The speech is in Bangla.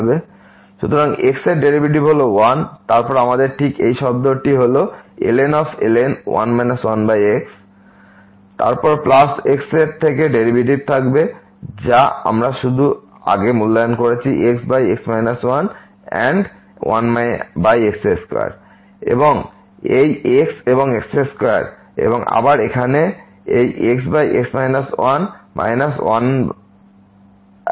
সুতরাং x এর ডেরিভেটিভ হল 1 এবং তারপর আমাদের ঠিক এই শব্দটি হল তারপর প্লাস x এর থেকে ডেরিভেটিভ থাকবে যা আমরা শুধু আগে মূল্যায়ন করেছি xx 1 and 1x2 এবং এই x এই x2 এবং আবার এখানে এই xx 11x2